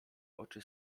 oczy